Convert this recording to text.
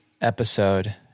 episode